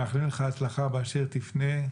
מאחלים לך הצלחה באשר תפנה,